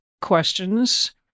questions